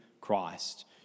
Christ